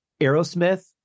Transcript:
Aerosmith